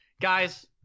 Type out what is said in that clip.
Guys